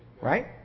right